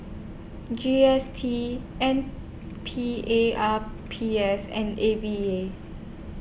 G S T N P A R P S and A V A